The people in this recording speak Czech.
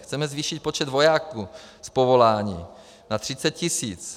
Chceme zvýšit počet vojáků z povolání na 30 tisíc.